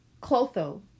Clotho